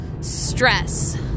stress